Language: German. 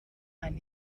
eine